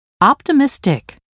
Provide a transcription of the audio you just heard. optimistic